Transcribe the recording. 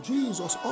Jesus